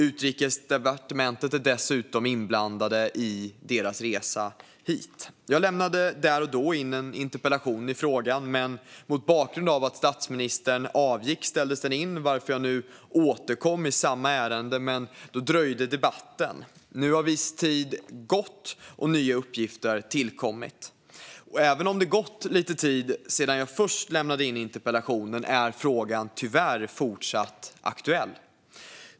Utrikesdepartementet är dessutom inblandat i deras resa hit. Jag lämnade där och då in en interpellation i frågan, men mot bakgrund av att statsministern avgick ställdes debatten in. Jag återkom i samma ärende, men då dröjde debatten. Nu har viss tid gått och nya uppgifter tillkommit. Även om det gått lite tid sedan jag först lämnade in interpellationen är frågan tyvärr fortsatt aktuell.